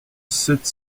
sept